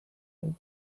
and